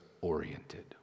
oriented